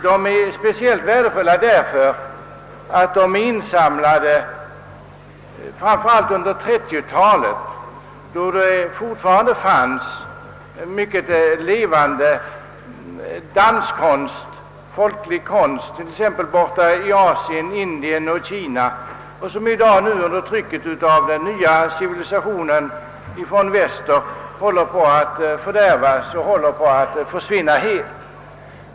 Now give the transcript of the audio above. De är speciellt värdefulla därför att de är insamlade framför allt under 1930 talet, då det fortfarande fanns mycket levande folklig danskonst i olika delar av Asien, t.ex. i Indien och Kina. Denna danskonst håller nu på att försvinna helt under trycket av den nya civilisationen från väster.